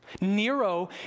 Nero